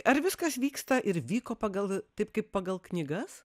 ar viskas vyksta ir vyko pagal taip kaip pagal knygas